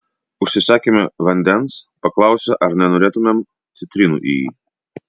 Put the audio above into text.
užsisakėme vandens paklausė ar nenorėtumėm citrinų į jį